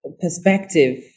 perspective